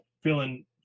feeling